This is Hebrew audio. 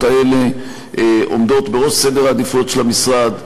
האלה עומדים בראש סדר העדיפויות של המשרד.